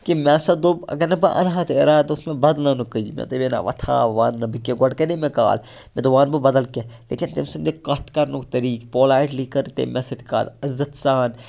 کہِ مےٚ ہَسا دوٚپ اگر نہٕ بہٕ اَنہٕ ہا تہِ اِرادٕ اوس مےٚ بدلَنُکُے مےٚ دوٚپ ہے نہ وۄنۍ تھاو وۄنۍ اَننہٕ بہٕ کینٛہہ گۄڈٕ گٔے نہ مےٚ کال مےٚ دوٚپ وۄنۍ اَنہٕ بہٕ بدل کینٛہہ لیکِن تٔمۍ سٕنٛدِ کَتھ کَرنُک طریٖقہٕ پولایٹلی کٔر تٔمۍ مےٚ سۭتۍ کَتھ عزت سان